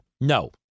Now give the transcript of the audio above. No